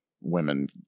women